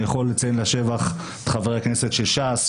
אני יכול לציין לשבח את חברי הכנסת של ש"ס,